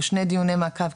או שני דיוני מעקב,